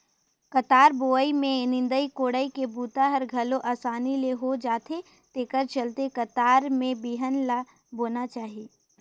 कतार बोवई में निंदई कोड़ई के बूता हर घलो असानी ले हो जाथे तेखर चलते कतार में बिहन ल बोना चाही